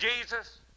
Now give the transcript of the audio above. Jesus